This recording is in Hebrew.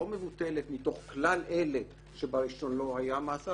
מבוטלת מתוך כלל אלה שבראשון לא היה מאסר.